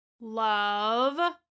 Love